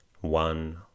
one